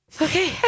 Okay